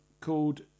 Called